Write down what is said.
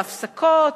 בהפסקות,